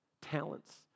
talents